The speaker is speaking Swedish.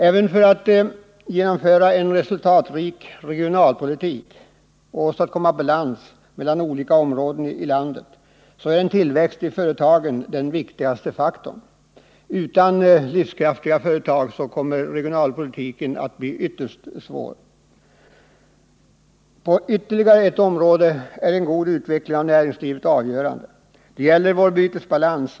Också för att kunna genomföra en resultatrik regionalpolitik och åstadkomma balans mellan olika områden i landet är en tillväxt i företagen den viktigaste faktorn. Utan livskraftiga företag kommer det att bli ytterligt svårt att genomdriva en vettig regionalpolitik. På ytterligare ett område är en god utveckling av näringslivet avgörande. Jag tänker på vår bytesbalans.